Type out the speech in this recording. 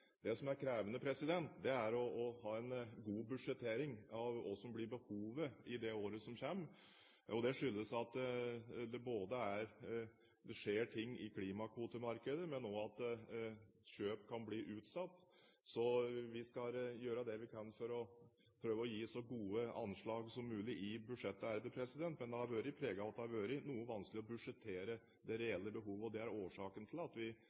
Det som er krevende, er å ha en god budsjettering av hva som blir behovet i det året som kommer. Det skyldes både at det skjer ting i klimakvotemarkedet, og også at kjøp kan bli utsatt. Vi skal gjøre det vi kan for å prøve å gi så gode anslag som mulig i budsjettet, men det har vært preget av at det har vært noe vanskelig å budsjettere det reelle behovet. Det er årsaken til at vi